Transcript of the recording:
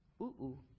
Ooh-ooh